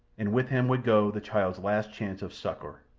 and with him would go the child's last chance of succour.